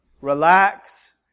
relax